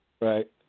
Right